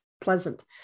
pleasant